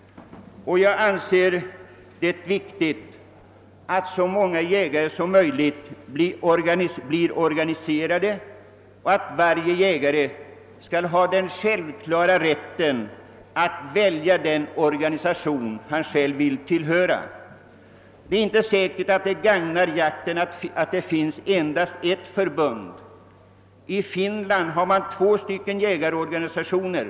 Jag anser det viktigt att så många jägare som möjligt blir organiserade och att varje jägare skall ha en självklar rätt att välja den organisation han vill tillhöra. Det är inte säkert att det gagnar jakten att det finns endast ett förbund. I Finland har man två jägarorganisationer.